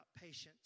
patience